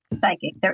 psychic